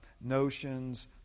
notions